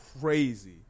crazy